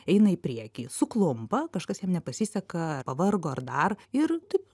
eina į priekį suklumpa kažkas jam nepasiseka pavargo ar dar ir taip